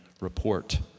report